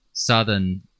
southern